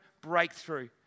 breakthrough